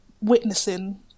witnessing